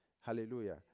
Hallelujah